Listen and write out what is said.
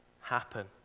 happen